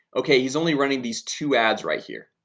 okay. he's only running these two ads right here.